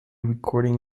recording